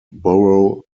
borough